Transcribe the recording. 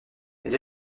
elle